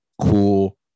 Cool